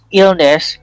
illness